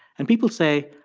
and people say,